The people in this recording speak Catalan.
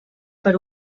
per